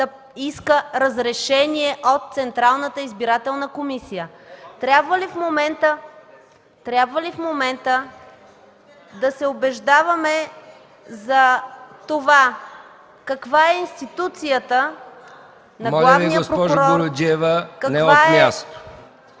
да иска разрешение от Централната избирателна комисия. Трябва ли в момента да се убеждаваме за това каква е институцията на Главния прокурор? (Провиквания от място